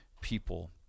people